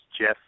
Jeff